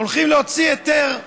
הולכים להוציא היתר,